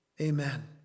Amen